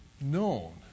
known